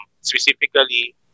specifically